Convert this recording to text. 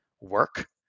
work